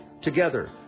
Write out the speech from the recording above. Together